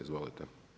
Izvolite.